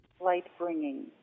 Light-bringing